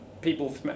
people